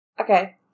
Okay